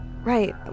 Right